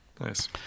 Nice